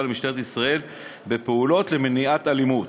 למשטרת ישראל בפעולות למניעת אלימות.